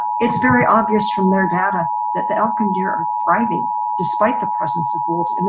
it's very obvious from their data that the elk and deer are thriving despite the presence of wolves. and